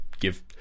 give